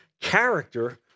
character